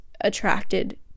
attracted